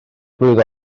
mlwydd